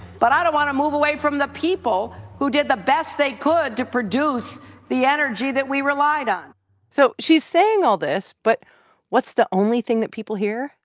but i don't want to move away from the people who did the best they could to produce the energy that we relied on so she's saying all this, but what's the only thing that people here?